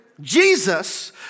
Jesus